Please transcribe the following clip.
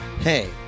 Hey